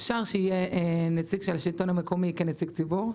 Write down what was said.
אפשר שיהיה נציג של השלטון המקומי כנציג ציבור.